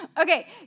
Okay